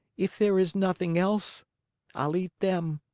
if there is nothing else i'll eat them.